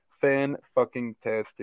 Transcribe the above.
fan-fucking-tastic